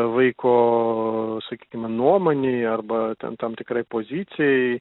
vaiko sakykime nuomonei arba ten tam tikrai pozicijai